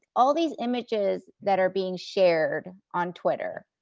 all these images that are being shared on twitter,